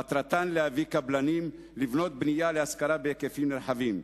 מטרתן להביא קבלנים לבנות בנייה להשכרה בהיקפים נרחבים.